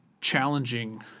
challenging